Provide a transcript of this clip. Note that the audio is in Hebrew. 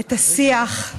את השיח.